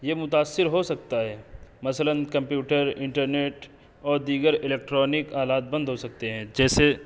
یہ متاثر ہو سکتا ہے مثلاً کمپیوٹر انٹر نیٹ اور دیگر الیکٹرانک آلات بند ہو سکتے ہیں جیسے